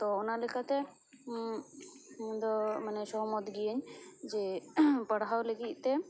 ᱛᱳ ᱚᱱᱟ ᱞᱮᱠᱟ ᱛᱮ ᱤᱧ ᱫᱚ ᱢᱟᱱᱮ ᱥᱚᱦᱚᱢᱚᱛ ᱜᱤᱭᱟᱹᱧ ᱡᱮ ᱯᱟᱲᱦᱟᱣ ᱞᱟᱹᱜᱤᱫ ᱛᱮ